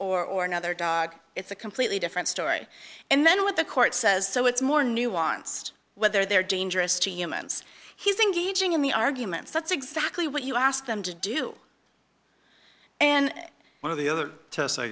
or another dog it's a completely different story and then what the court says so it's more nuanced whether they're dangerous to humans he's engaging in the arguments that's exactly what you ask them to do and one of the other tests i